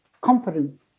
confident